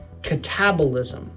catabolism